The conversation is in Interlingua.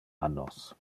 annos